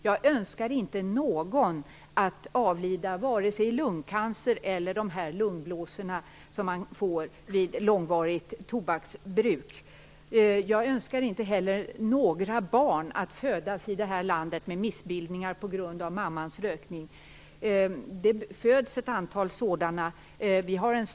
Jag önskar inte någon att avlida vare sig i lungcancer eller i de lungblåsor som man får vid långvarigt tobaksbruk. Jag önskar inte heller några barn i det här landet att födas med missbildningar på grund av mammans rökning. Det föds ett antal sådana barn.